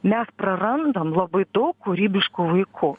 mes prarandam labai daug kūrybiškų vaikų